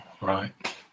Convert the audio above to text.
right